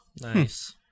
Nice